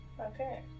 Okay